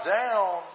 down